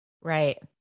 Right